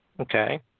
Okay